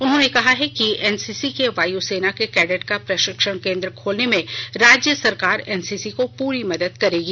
उन्हानें कहा है कि एनसीसी के वायुसेना के कैडेट का प्रशिक्षण केन्द्र खोलने में राज्य सरकार एनसीसी को पूरी मदद करेगी